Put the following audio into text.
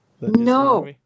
no